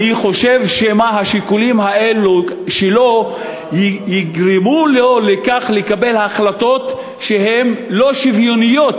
אני חושש שהשיקולים שלו יגרמו לו לקבל החלטות לא שוויוניות